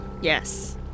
Yes